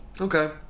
okay